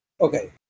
okay